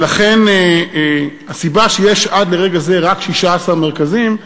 ולכן הסיבה שיש עד לרגע זה רק 16 מרכזים,